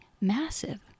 massive